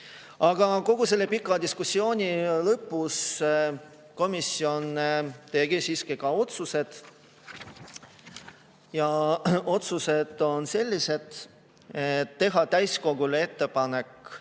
Kogu selle pika diskussiooni lõpus komisjon tegi ka otsused ja otsused on sellised. Teha täiskogule ettepanek